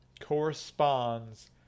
corresponds